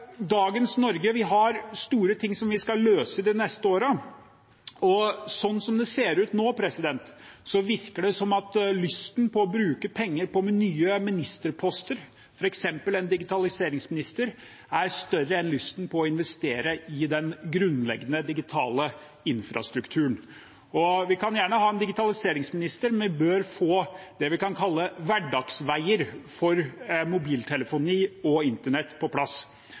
dagens Norge. Vi har store ting vi skal løse de neste årene. Slik det ser ut nå, virker det som om lysten til å bruke penger på nye ministerposter, f.eks. en digitaliseringsminister, er større enn lysten til å investere i den grunnleggende digitale infrastrukturen. Vi kan gjerne ha en digitaliseringsminister, men vi bør få på plass det vi kan kalle hverdagsveier for mobiltelefoni og internett.